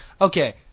Okay